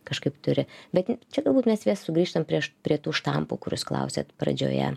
kažkaip turi bet čia galbūt mes vėl sugrįžtam prieš prie tų štampų kur jūs klausėt pradžioje